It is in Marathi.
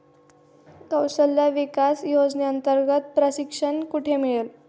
कौशल्य विकास योजनेअंतर्गत प्रशिक्षण कुठे मिळेल?